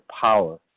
power